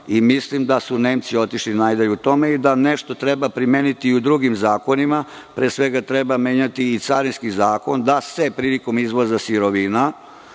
Mislim da su Nemci otišli najdalje u tome i da nešto treba primeniti u drugim zakonima. Pre svega, treba menjati i carinski zakon da se prilikom izvoza sirovina